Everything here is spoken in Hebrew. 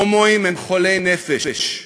הומואים הם חולי נפש,